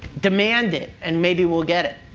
demand it, and maybe we'll get it.